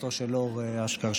למשפחתו של אור אשכר,